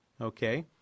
okay